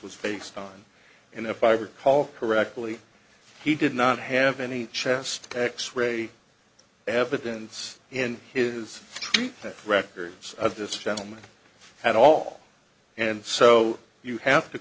was based on and if i recall correctly he did not have any chest x ray evidence in his records of this gentleman at all and so you have to